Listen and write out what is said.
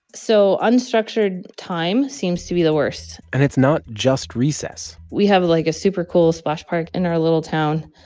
so unstructured time seems to be the worst and it's not just recess we have, like, a super cool splash park in our little town,